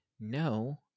no